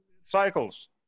Cycles